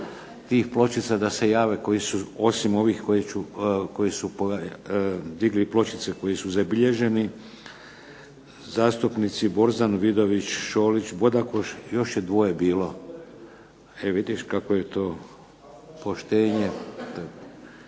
tih pločica da se jave koji su osim ovih koje ću, koji su digli pločice, koji su zabilježeni zastupnici Borzan, Vidović, Šolić, Bodakoš, još je dvoje bilo. E vidiš kako je to poštenje.